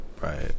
Right